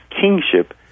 kingship